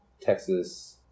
Texas